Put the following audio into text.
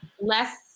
less